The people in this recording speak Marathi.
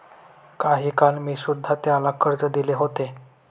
काही काळ मी सुध्धा त्याला कर्ज दिले होते